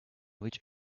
which